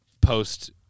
post